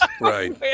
right